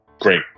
Great